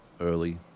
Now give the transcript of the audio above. early